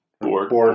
Board